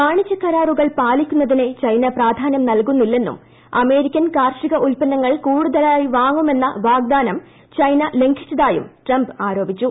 വാണിജ്യകരാറുകൾ പാലിക്കുന്നതിന് ചൈന പ്രാധാന്യം നൽകുന്നില്ലെന്നും അമേരിക്കൻ കാർഷികഉത്പന്നങ്ങൾ കൂടുതലായിവാങ്ങുമെന്ന വാഗ്ദാനം അവർലംഘിച്ചതായും ട്രംപ് ആരോപിച്ചു